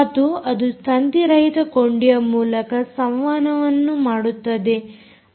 ಮತ್ತು ಅದು ತಂತಿರಹಿತ ಕೊಂಡಿಯ ಮೂಲಕ ಸಂವಹನವನ್ನು ಮಾಡುತ್ತದೆ